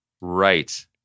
right